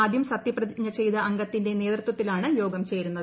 ആദ്യം സത്യപ്രതിജ്ഞ ചെയ്ത അംഗത്തിന്റെ നേതൃത്വത്തിൽ ആണ് യോഗം ചേരുന്നത്